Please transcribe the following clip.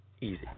Easy